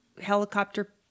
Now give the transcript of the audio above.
helicopter